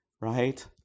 right